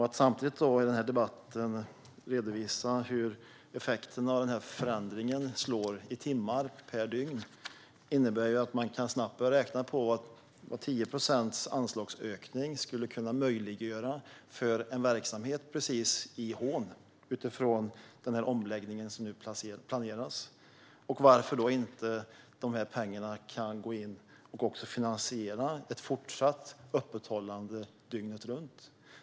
Att samtidigt i debatten redovisa hur effekterna av förändringen slår i timmar per dygn innebär att man snabbt kan börja räkna på vad 10 procents anslagsökning kan göra för en verksamhet i Hån med tanke på den omläggning som planeras. Varför kan inte dessa pengar även i fortsättningen finansiera ett öppethållande dygnet runt?